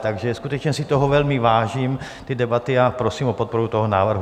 Takže skutečně si toho velmi vážím, té debaty, a prosím o podporu toho návrhu.